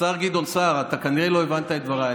השר גדעון סער, אתה כנראה לא הבנת את דבריי.